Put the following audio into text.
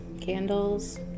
candles